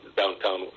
downtown